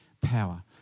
power